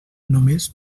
només